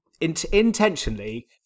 intentionally